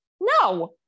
No